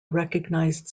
recognized